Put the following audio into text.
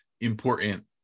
important